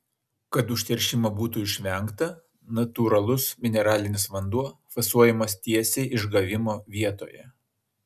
kad užteršimo būtų išvengta natūralus mineralinis vanduo fasuojamas tiesiai išgavimo vietoje